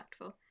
impactful